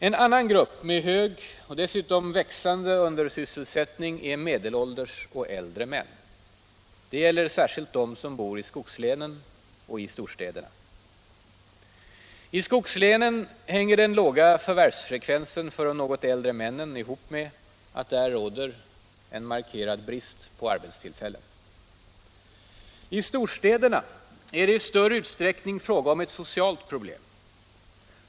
En annan grupp, med hög och dessutom växande undersysselsättning, är medelålders och äldre män. Det gäller särskilt dem som bor i skogslänen och i storstäderna. I skogslänen hänger den låga förvärvsfrekvensen för de något äldre männen ihop med att det där råder en markerad brist på arbetstillfällen. I storstäderna är det i större utsträckning fråga om ett socialt problem.